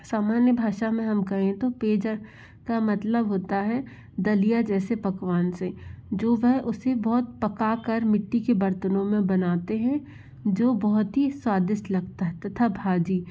सामान्य भाषा में हम कहें तो पेज का मतलब होता है दलिया जैसे पकवान से जो वे उसे बहुत पकाकर मिट्टी के बर्तनों में बनाते हैं जो बहुत ही स्वादिष्ट लगता है तथा भाजी